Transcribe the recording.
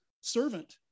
servant